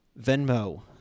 Venmo